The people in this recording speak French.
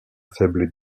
faible